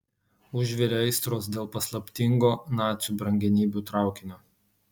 užvirė aistros dėl paslaptingo nacių brangenybių traukinio